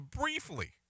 briefly